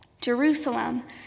Jerusalem